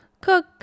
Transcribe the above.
cook